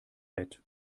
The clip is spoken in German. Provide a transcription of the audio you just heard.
bett